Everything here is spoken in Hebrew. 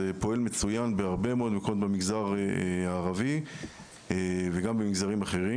זה פועל מצוין בהרבה מקומות במגזר הערבי וגם במגזרים אחרים.